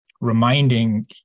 reminding